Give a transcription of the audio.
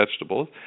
vegetables